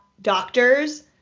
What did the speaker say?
doctors